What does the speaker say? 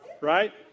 Right